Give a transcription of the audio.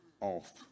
off